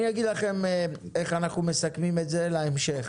אני אגיד לכם איך אנחנו מסכמים את זה להמשך.